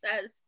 says